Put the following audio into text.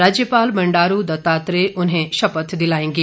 राज्यपाल बंडारू दत्तात्रेय उन्हें शपथ दिलाएंगे